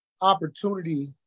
opportunity